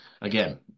Again